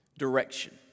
direction